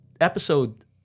episode